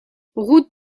route